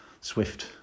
swift